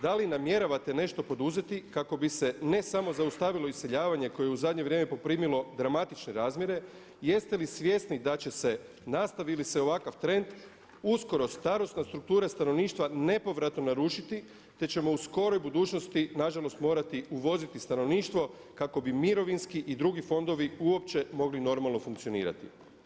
Da li namjeravate nešto poduzeti kako bi se ne samo zaustavilo iseljavanje koje je u zadnje vrijeme poprimilo dramatične razmjere i jeste li svjesni da će se nastavi li se ovakav trend uskoro starosna struktura stanovništva nepovratno narušiti, te ćemo u skoroj budućnosti nažalost morati uvoziti stanovništvo kako bi mirovinski i drugi fondovi uopće mogli normalno funkcionirati?